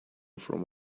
from